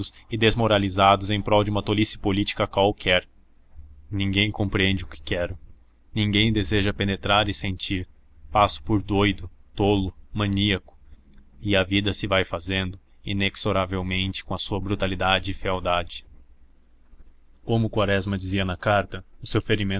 e desmoralizados em prol de uma tolice política qualquer ninguém compreende o que quero ninguém deseja penetrar e sentir passo por doido tolo maníaco e a vida se vai fazendo inexoravelmente com a sua brutalidade e fealdade como quaresma dizia na carta o seu